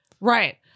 Right